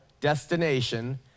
destination